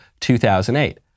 2008